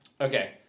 Okay